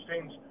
teams